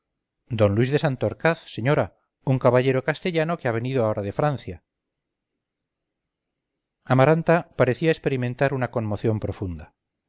d luis de santorcaz señora un caballero castellano que ha venido ahora de francia amaranta parecía experimentar una conmoción profunda